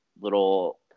little